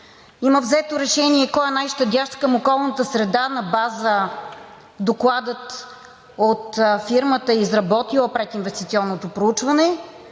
Има взето решение кой е най щадящ към околната среда на база Доклада от фирмата, изработила прединвестиционното проучване.